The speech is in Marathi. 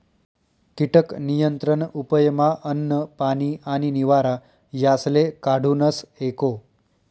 कीटक नियंत्रण उपयमा अन्न, पानी आणि निवारा यासले काढूनस एको